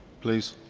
please.